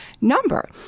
number